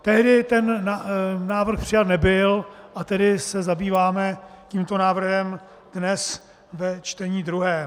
Tehdy ten návrh přijat nebyl, a tedy se zabýváme tímto návrhem dnes ve čtení druhém.